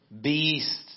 beast